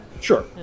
Sure